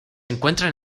encuentran